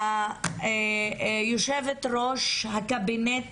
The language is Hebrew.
ליושבת-ראש הקבינט